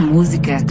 Música